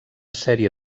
sèrie